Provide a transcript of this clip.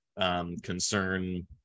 concern